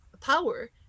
power